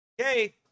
Okay